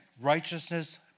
righteousness